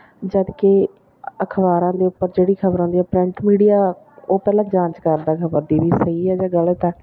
ਜਦੋਂ ਕਿ ਅਖ਼ਬਾਰਾਂ ਦੇ ਉੱਪਰ ਜਿਹੜੀ ਖ਼ਬਰਾਂ ਆਉਂਦੀਆਂ ਪ੍ਰਿੰਟ ਮੀਡੀਆ ਉਹ ਪਹਿਲਾਂ ਜਾਂਚ ਕਰਦਾ ਖ਼ਬਰ ਦੀ ਵੀ ਸਹੀ ਹੈ ਜਾਂ ਗਲਤ ਹੈ